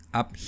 up